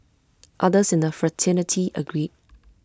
others in the fraternity agreed